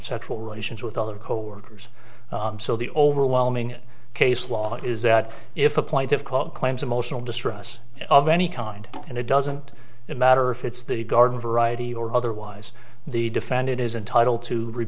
sexual relations with other coworkers so the overwhelming case law is that if a point of quote claims emotional distress of any kind and it doesn't matter if it's the garden variety or otherwise the defendant is entitled to